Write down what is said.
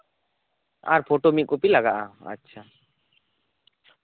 ᱟᱨ photo ᱢᱤᱫ copy ᱞᱟᱜᱟᱜᱼᱟ ᱟᱪᱪᱷᱟ